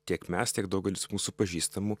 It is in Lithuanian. tiek mes tiek daugelis mūsų pažįstamų